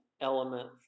element